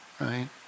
right